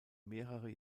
mehrere